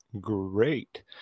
great